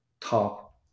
top